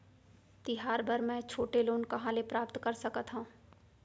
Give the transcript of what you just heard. तिहार बर मै छोटे लोन कहाँ ले प्राप्त कर सकत हव?